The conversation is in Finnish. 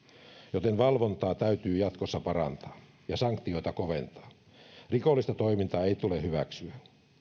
joten valvontaa täytyy jatkossa parantaa ja sanktioita koventaa rikollista toimintaa ei tule hyväksyä